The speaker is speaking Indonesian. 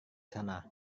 sana